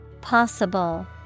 possible